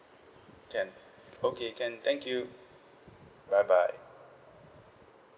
can okay can thank you bye bye